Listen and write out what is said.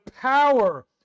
power